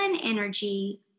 energy